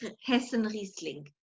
Hessen-Riesling